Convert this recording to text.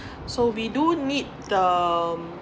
so we do need the um